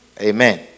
Amen